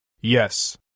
Yes